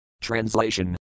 Translation